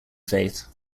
faith